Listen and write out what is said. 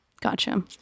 Gotcha